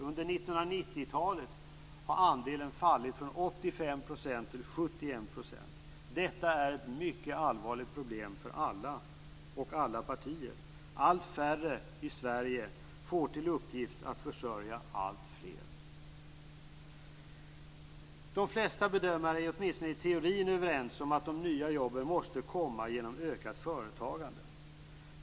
Under 1990-talet har andelen fallit från 85 % till 71 %. Detta är ett mycket allvarligt problem för alla, och för alla partier. Allt färre människor i Sverige får till uppgift att försörja alltfler. De flesta bedömare är, åtminstone i teorin, överens om att de nya jobben måste komma genom ökat företagande.